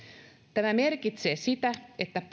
tämä merkitsee sitä että